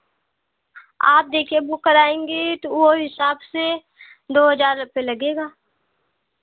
आप देखिए बुक कराएँगे तो वह हिसाब से दो हज़ार रुपये लगेगा